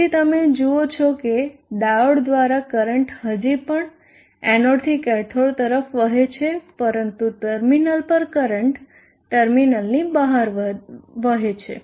તેથી તમે જુઓ છો કે ડાયોડ દ્વારા કરંટ હજી પણ છે એનોડથી કેથોડ તરફ વહે છે પરંતુ ટર્મિનલ પર કરંટ ટર્મિનલની બહાર વહે છે